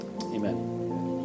Amen